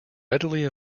readily